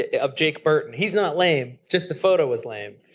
ah of jake burton. he's not lame, just the photo was lame,